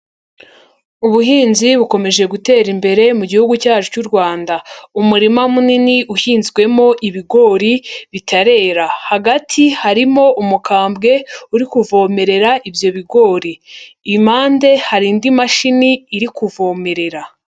Ubuhinzi bukomeje gutera imbere mu gihugu cyacu cy'u Rwanda. Umurima munini uhinzwemo ibigori bitarera. Hagati harimo umukambwe uri kuvomerera ibyo bigori. Impande hari indi mashini iri kuvomerera.